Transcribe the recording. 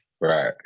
Right